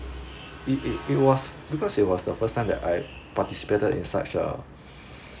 it it it was because it was the first time that I participated in such a